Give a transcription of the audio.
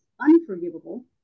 unforgivable